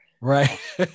Right